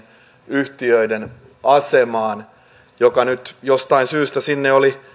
yhtiöiden asemaan se jostain syystä sinne oli